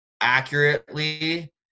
accurately